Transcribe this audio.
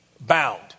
bound